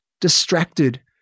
distracted